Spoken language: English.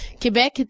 Quebec